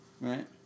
Right